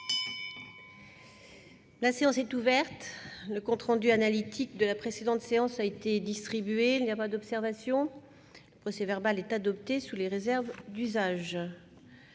La séance est ouverte. Le compte rendu analytique de la précédente séance a été distribué. Il n'y a pas d'observation ?... Le procès-verbal est adopté sous les réserves d'usage.